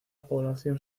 población